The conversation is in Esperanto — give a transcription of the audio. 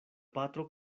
patro